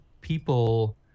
people